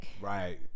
Right